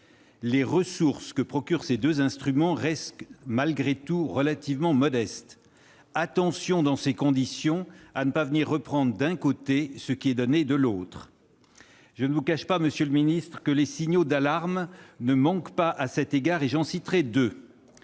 Les ressources que procurent ces deux instruments restent, malgré tout, relativement modestes. Attention, dans ces conditions, à ne pas reprendre d'un côté ce qui est donné de l'autre ! Je ne vous le cache pas, monsieur le ministre, les signaux d'alarme ne manquent pas à cet égard, et j'en citerai deux.